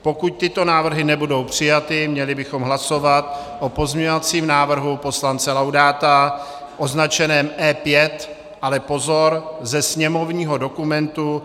Pokud tyto návrhy nebudou přijaty, měli bychom hlasovat o pozměňovacím návrhu poslance Laudáta označeném E5 ale pozor, ze sněmovního dokumentu 6423.